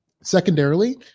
Secondarily